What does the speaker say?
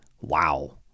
wow